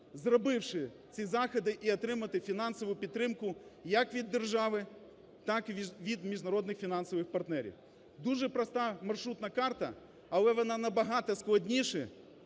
зробивши ці заходи, отримати фінансову підтримку як від держави, так і від міжнародних фінансових партнерів. Дуже проста маршрутна карта, але вона набагато складніша,